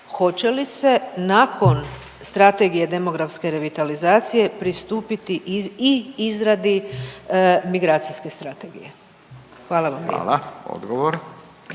hoće li se nakon Strategije demografske revitalizacije pristupiti i izradi migracijske strategije? Hvala vam lijepa.